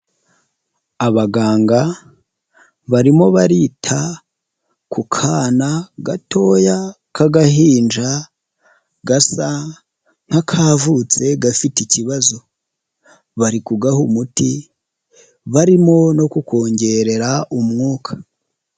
Abaganga barimo barita ku kana gatoya k'agahinja gasa nk'akavutse gafite ikibazo, bari kugaha umuti barimo no kukongerera umwuka.